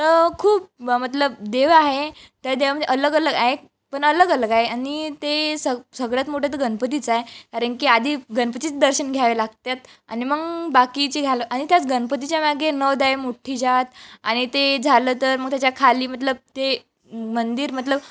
त खूप मतलब देव आहे त्या देवामदे अलगअलग आहेत पण अलगअलग आहे आणि ते सग सगळ्यात मोठं तर गनपतीचं आहे कारण की आधी गणपतीचं दर्शन घ्यावं लागतात आणि मग बाकीची घाल आणि त्याच गणपतीच्या मागे नोद आहे मोठ्ठीजात आणि ते झालं तर मग त्याच्या खाली मतलब ते मंदिर मतलब